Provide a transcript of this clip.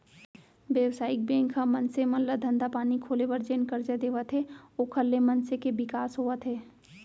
बेवसायिक बेंक ह मनसे मन ल धंधा पानी खोले बर जेन करजा देवत हे ओखर ले मनसे के बिकास होवत हे